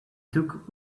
took